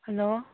hello